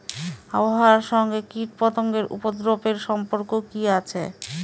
আবহাওয়ার সঙ্গে কীটপতঙ্গের উপদ্রব এর সম্পর্ক কি আছে?